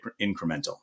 incremental